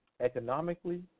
economically